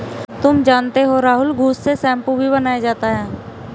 तुम जानते हो राहुल घुस से शैंपू भी बनाया जाता हैं